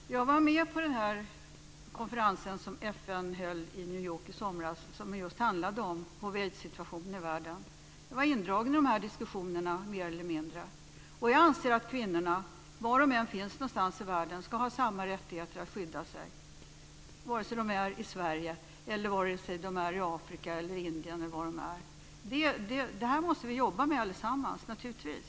Fru talman! Jag var med på den konferens som FN höll i New York i somras som just handlade om hiv/aids-situationen i världen. Jag var mer eller mindre indragen i de här diskussionerna. Jag anser att kvinnorna, var de än finns i världen, ska ha samma rättigheter att skydda sig, vare sig de är i Sverige, i Afrika, i Indien eller var de är. Det här måste vi naturligtvis jobba med allesammans.